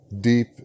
deep